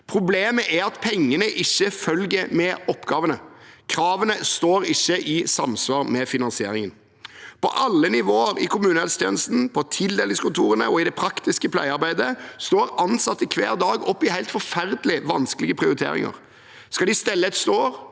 Problemet er at pengene ikke følger med oppgavene. Kravene står ikke i samsvar med finansieringen. På alle nivåer i kommunehelsetjenesten, på tildelingskontorene og i det praktiske pleiearbeidet står ansatte hver dag oppe i helt forferdelig vanskelige prioriteringer. Skal de stelle et sår?